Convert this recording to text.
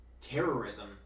terrorism